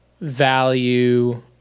value